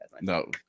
No